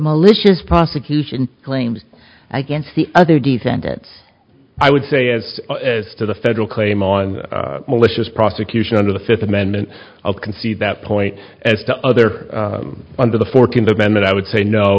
malicious prosecution claims against the other defendants i would say as to the federal claim on malicious prosecution under the fifth amendment i'll concede that point as to other under the fourteenth amendment i would say no